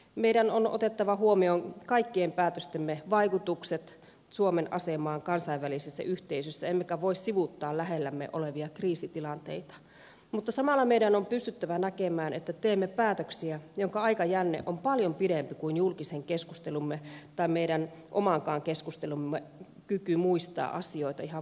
meidän on otettava huomioon kaikkien päätöstemme vaikutukset suomen asemaan kansainvälisessä yhteisössä emmekä voi sivuuttaa lähellämme olevia kriisitilanteita mutta samalla meidän on pystyttävä näkemään että teemme päätöksiä joiden aikajänne on paljon pidempi kuin julkisen keskustelumme tai meidän omankaan keskustelumme kyky muistaa asioita ihan vastuullisesti